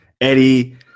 eddie